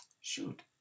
Shoot